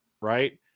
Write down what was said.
right